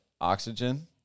oxygen